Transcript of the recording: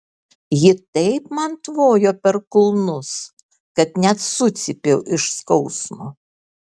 ji taip man tvojo per kulnus kad net sucypiau iš skausmo